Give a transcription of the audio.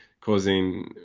causing